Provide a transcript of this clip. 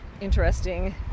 interesting